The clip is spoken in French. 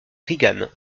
reagan